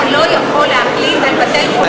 אתה לא יכול להחליט על בתי-חולים פרטיים.